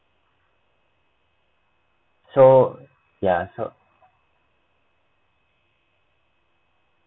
so ya so